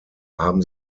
haben